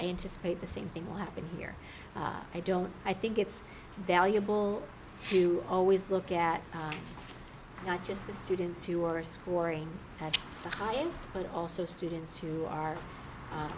anticipate the same thing will happen here i don't i think it's valuable to always look at not just the students who are scoring at the high end but also students who are